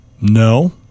No